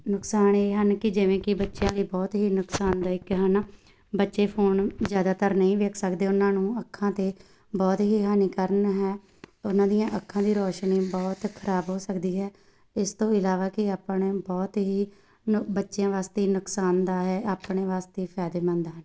ਨੁਕਸਾਨ ਇਹ ਹਨ ਕਿ ਜਿਵੇਂ ਕਿ ਬੱਚਿਆਂ ਲਈ ਬਹੁਤ ਹੀ ਨੁਕਸਾਨਦਾਇਕ ਹੈ ਨਾ ਬੱਚੇ ਫੋਨ ਜ਼ਿਆਦਾਤਰ ਨਹੀਂ ਵੇਖ ਸਕਦੇ ਉਹਨਾਂ ਨੂੰ ਅੱਖਾਂ 'ਤੇ ਬਹੁਤ ਹੀ ਹਾਨੀਕਾਰਕ ਹੈ ਉਹਨਾਂ ਦੀਆਂ ਅੱਖਾਂ ਦੀ ਰੌਸ਼ਨੀ ਬਹੁਤ ਖਰਾਬ ਹੋ ਸਕਦੀ ਹੈ ਇਸ ਤੋਂ ਇਲਾਵਾ ਕਿ ਆਪਾਂ ਨੇ ਬਹੁਤ ਹੀ ਬੱਚਿਆਂ ਵਾਸਤੇ ਨੁਕਸਾਨਦਾਇਕ ਹੈ ਆਪਣੇ ਵਾਸਤੇ ਫ਼ਾਇਦੇਮੰਦ ਹਨ